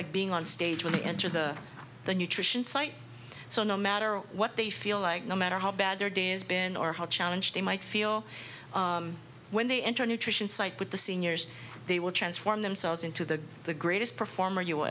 like being on stage when they enter the the nutrition site so no matter what they feel like no matter how bad their day is been or how challenge they might feel when they enter a nutrition site with the seniors they will transform themselves into the the greatest performer you